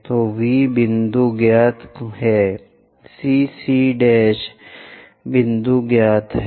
तो V बिंदु ज्ञात है CC बिंदु ज्ञात है